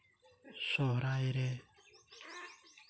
ᱥᱚᱨᱦᱟᱭ ᱨᱮ